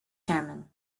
chairman